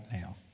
now